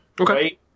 Okay